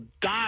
die